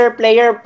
player